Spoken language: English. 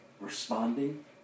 responding